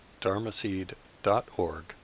dharmaseed.org